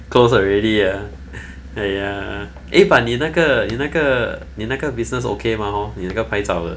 close already ya !aiya! eh but 你那个那个你那个 business okay mah hor 有一个拍照的